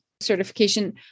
certification